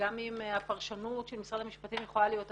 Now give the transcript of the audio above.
גם אם הפרשנות של משרד המשפטים יכולה להיות אחרת,